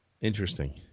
Interesting